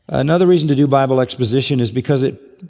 another reason to do bible exposition is because it.